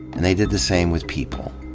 and they did the same with people.